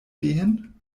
gehen